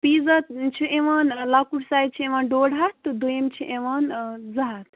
pizza چھُ یِوان لۄکُٹ سایِز چھِ یِوان ڈوڈ ہَتھ تہٕ دوٚیِم چھِ یِوان زٕ ہَتھ